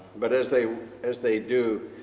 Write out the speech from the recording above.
but as they as they do,